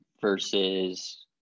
versus